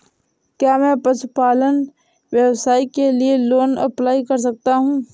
क्या मैं पशुपालन व्यवसाय के लिए लोंन अप्लाई कर सकता हूं?